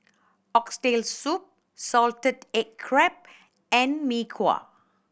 Oxtail Soup salted egg crab and Mee Kuah